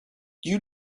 you